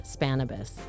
spanibus